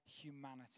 humanity